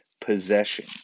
possession